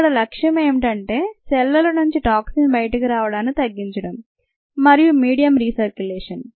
ఇక్కడ లక్ష్యం ఏమిటంటే సెల్ల నుంచి టాక్సిన్ బయటకు రావడాన్ని తగ్గించడం మరియు మీడియం రీ సర్కూలేషన్